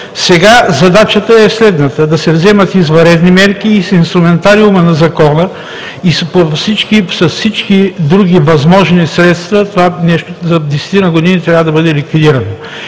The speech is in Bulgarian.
Сега задачата е следната: да се вземат извънредни мерки – с инструментариума на Закона и с всички други възможни средства за десетина години това нещо трябва да бъде ликвидирано.